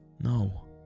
No